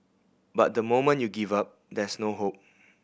but the moment you give up there's no hope